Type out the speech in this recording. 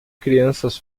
crianças